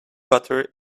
butter